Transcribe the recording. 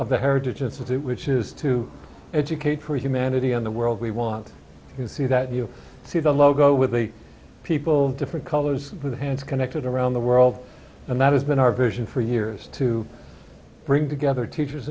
of the heritage institute which is to educate for humanity on the world we want to see that you see the logo with people different colors with hands connected around the world and that has been our vision for years to bring together teachers